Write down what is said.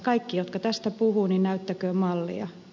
kaikki jotka tästä puhuvat näyttäkööt mallia